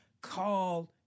called